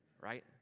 right